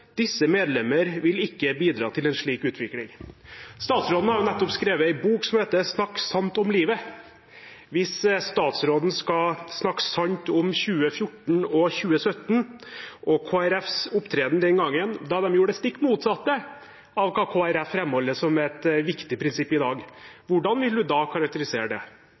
Disse medlemmer vil ikke bidra til en slik utvikling.» Statsråden har jo nettopp skrevet en bok som heter «Snakk sant om livet». Hvis statsråden skal snakke sant om 2014 og 2017 og Kristelig Folkepartis opptreden den gangen, da man gjorde det stikk motsatte av hva Kristelig Folkeparti framholder som et viktig prinsipp i dag, hvordan vil hun da karakterisere det?